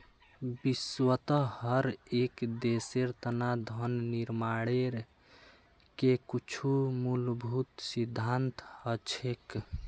विश्वत हर एक देशेर तना धन निर्माणेर के कुछु मूलभूत सिद्धान्त हछेक